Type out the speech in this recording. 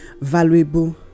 valuable